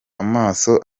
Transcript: amaso